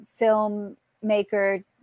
filmmaker